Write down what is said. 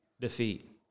Defeat